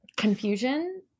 confusion